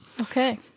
Okay